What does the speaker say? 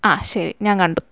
ആ ശരി ഞാൻ കണ്ടു